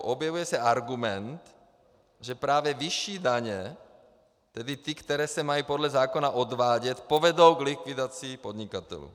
Objevuje se argument, že právě vyšší daně, tedy ty, které se mají podle zákona odvádět, povedou k likvidaci podnikatelů.